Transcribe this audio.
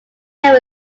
error